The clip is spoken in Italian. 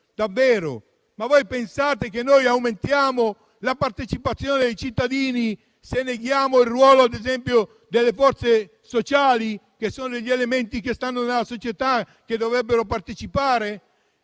davvero: pensate che aumentiamo la partecipazione dei cittadini se neghiamo il ruolo, ad esempio, delle forze sociali, che sono gli elementi che stanno nella società e che dovrebbero partecipare?